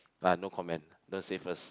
ah no comment don't say first